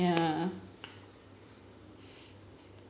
ya